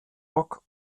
rock